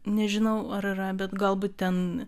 nežinau ar yra bet galbūt ten